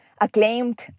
Acclaimed